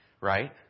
right